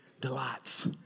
delights